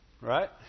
Right